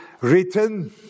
written